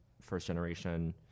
first-generation